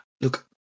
look